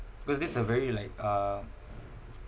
cause that's a very like uh